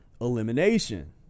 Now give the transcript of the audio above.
elimination